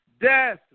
death